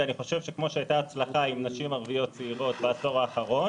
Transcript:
ואני חושב שכמו שהייתה הצלחה עם נשים ערביות צעירות בעשור האחרון,